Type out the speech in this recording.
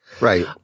right